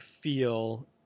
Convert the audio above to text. feel